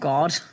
God